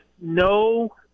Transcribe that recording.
No